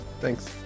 Thanks